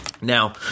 Now